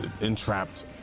entrapped